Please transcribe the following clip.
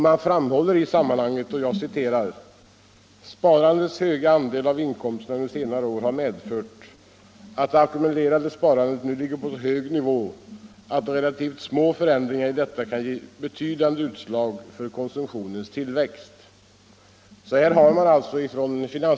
Man framhåller i sammanhanget att ”sparandets höga andel av inkomsterna under senare år har medfört att det ackumulerade sparandet nu ligger på en så hög nivå att relativt små förändringar i detta kan ge betydande utslag på konsumtionens tillväxt”.